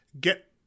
get